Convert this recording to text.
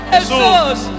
Jesus